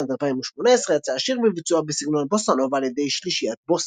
בשנת 2018 יצא השיר בביצוע בסגנון הבוסה נובה על ידי שלישיית בוסה.